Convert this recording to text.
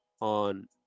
on